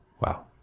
Wow